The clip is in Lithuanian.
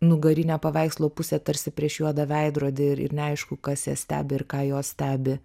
nugarinę paveikslo pusę tarsi prieš juodą veidrodį ir neaišku kas ją stebi ir ką jos stebi